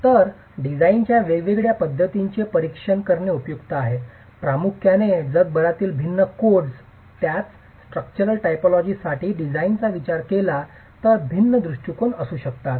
तर डिझाइनच्या वेगवेगळ्या पद्धतींचे परीक्षण करणे उपयुक्त आहे प्रामुख्याने कारण जगभरातील भिन्न कोड्स त्याच स्ट्रक्चरल टायपोलॉजी साठी डिझाइनचा विचार केला तर भिन्न दृष्टीकोन असू शकतात